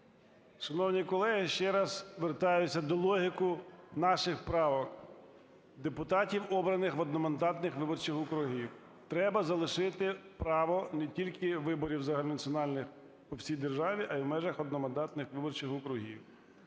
Шановні колеги, ще раз вертаюся до логіки наших правок. Депутатів, обраних в одномандатних виборчих округах. Треба залишити право не тільки виборів загальнонаціональних по всій державі, а й в межах одномандатних виборчих округів.